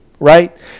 right